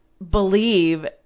believe